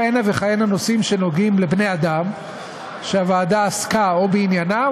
כהנה וכהנה נושאים שנוגעים לבני-אדם שהוועדה עסקה בעניינם,